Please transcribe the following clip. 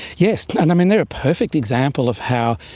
yes, and um and they are a perfect example of how,